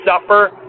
suffer